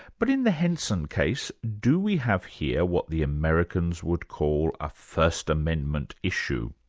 but in the henson case, do we have here what the americans would call a first amendment issue?